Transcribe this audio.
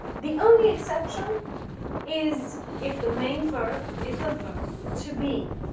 the only exception is if the main verb is the verb to be.